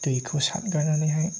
दैखौ सारगारनानैहाय